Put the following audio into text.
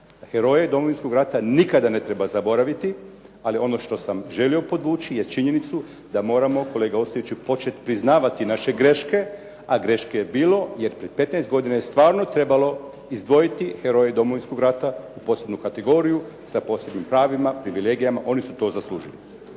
Heroje Domovinskog rata nikako ne treba zaboraviti, ali ono što sam želio podvući jest činjenicu da moramo kolega Ostojiću početi priznavati naše greške, a greške je bilo, jer prije 15 godina je stvarno trebalo izdvojiti heroje Domovinskog rata u posebnu kategoriju, sa posebnim pravima, privilegijama. Oni su to zaslužili.